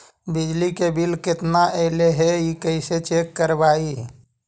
बिजली के बिल केतना ऐले हे इ कैसे चेक करबइ?